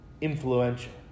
influential